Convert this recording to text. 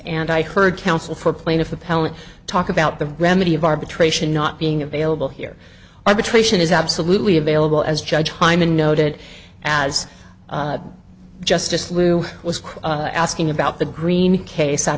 and i heard counsel for plaintiff appellant talk about the remedy of arbitration not being available here arbitration is absolutely available as judge hyman noted as justice lou was quite asking about the greeny case out